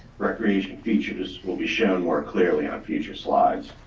recreation features will be shown more clearly on future slides.